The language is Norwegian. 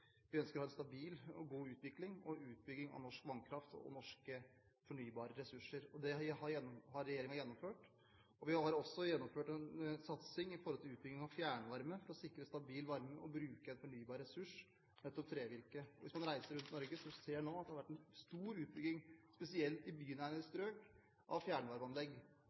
Vi ønsker å ha en stabil og god utvikling med utbygging av norsk vannkraft og norske fornybare ressurser. Det har regjeringen gjennomført. Vi har gjennomført en satsing på utbygging av fjernvarme for å sikre stabil varme og også å bruke en fornybar ressurs, nemlig trevirke. Hvis man reiser rundt i Norge nå, ser en at det har vært en stor utbygging av fjernvarmeanlegg spesielt i